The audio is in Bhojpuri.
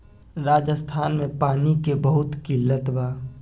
राजस्थान में पानी के बहुत किल्लत बा